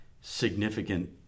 significant